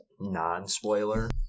non-spoiler